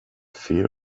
fear